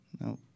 No